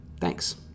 thanks